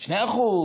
2%,